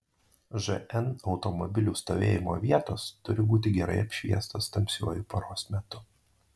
žn automobilių stovėjimo vietos turi būti gerai apšviestos tamsiuoju paros metu